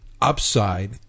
upside